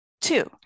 Two